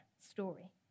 story